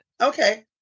okay